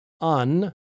Un